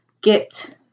get